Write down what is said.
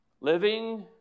living